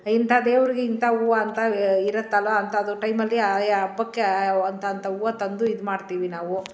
ಇಂಥ ದೇವರಿಗೆ ಇಂಥ ಹೂವು ಅಂತ ಇರುತ್ತಲ್ಲ ಅಂಥದ್ದು ಟೈಮಲ್ಲಿ ಆಯಾ ಹಬ್ಬಕ್ಕೆ ಅಂಥ ಅಂಥ ಹೂವು ತಂದು ಇದ್ಮಾಡ್ತೀವಿ ನಾವು